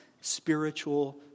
spiritual